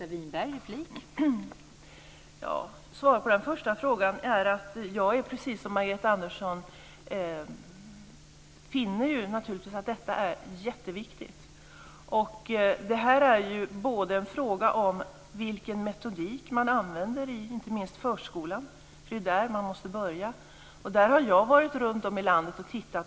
Fru talman! Svaret på den första frågan är att jag precis som Margareta Andersson finner att det är jätteviktigt. Det är en fråga om vilken metodik man använder i inte minst förskolan, eftersom det är där man måste börja. Jag har varit runtom i landet och tittat.